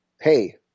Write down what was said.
Hey